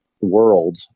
world